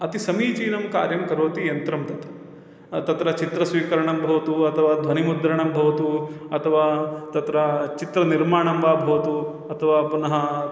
अति समीचीनं कार्यं करोति यन्त्रं तत् तत्र चित्रस्वीकरणं भवतु अथवा ध्वनिमुद्रणं भवतु अथवा तत्र चित्रनिर्माणं वा भवतु अथवा पुनः